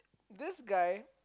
this guy